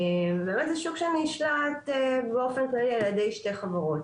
באמת זה שוק שנשלט באופן כללי על ידי שתי חברות.